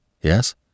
yes